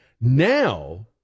now